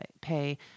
pay